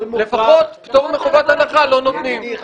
לפחות פטור מחובת הנחה לא נותנים.